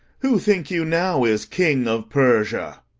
who think you now is king of persia?